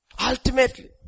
Ultimately